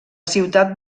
ciutat